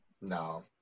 No